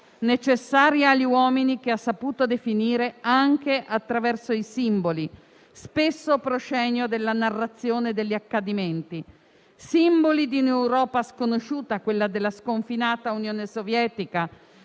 necessaria agli uomini, che ha saputo definire anche attraverso i simboli, spesso proscenio della narrazione degli accadimenti, simboli di un'Europa sconosciuta, quella della sconfinata Unione Sovietica,